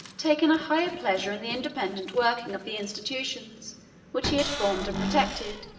taking a higher pleasure in the independent working of the institutions which he had formed and protected,